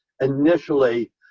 initially